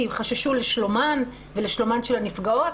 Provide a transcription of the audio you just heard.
כי הן חששו לשלומן ולשלומן של הנפגעות.